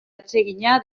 atsegina